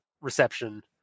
reception